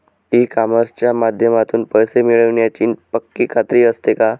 E कॉमर्सच्या माध्यमातून पैसे मिळण्याची पक्की खात्री असते का?